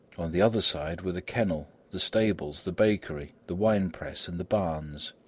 on the other side were the kennel, the stables, the bakery, the wine-press and the barns.